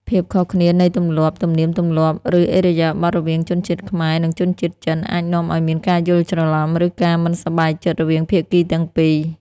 ភាពខុសគ្នានៃទម្លាប់ ទំនៀមទម្លាប់ ឬឥរិយាបថ រវាងជនជាតិខ្មែរ និងជនជាតិចិនអាចនាំឱ្យមានការយល់ច្រឡំ ឬការមិនសប្បាយចិត្តរវាងភាគីទាំងពីរ។